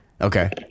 Okay